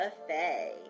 buffet